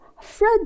Fred